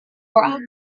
broccoli